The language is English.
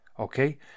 okay